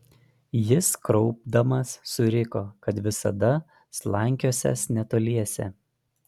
jis kraupdamas suriko kad visada slankiosiąs netoliese